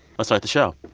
ah start the show.